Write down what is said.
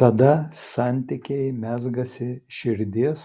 tada santykiai mezgasi širdies